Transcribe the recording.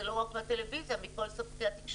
זה לא רק מהטלוויזיה, זה מכל ספקי התקשורת.